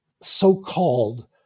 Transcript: so-called